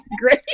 great